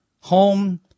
home